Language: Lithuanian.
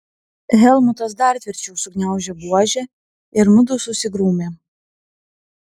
helmutas dar tvirčiau sugniaužė buožę ir mudu susigrūmėm